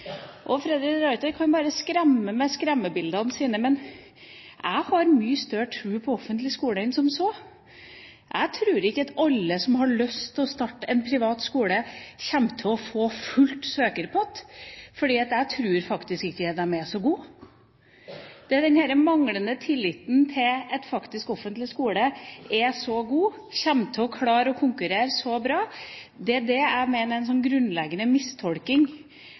skolehverdag. Freddy de Ruiter kan bare skremme med skremmebildene sine, men jeg har mye større tro på offentlig skole enn som så. Jeg tror ikke at alle som har lyst til å starte en privat skole, kommer til å få full søkerpott. Jeg tror faktisk ikke de er så gode. Det er denne manglende tilliten til at offentlig skole er så god og kommer til å klare å konkurrere så bra, jeg mener er en grunnleggende mistolking.